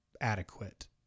adequate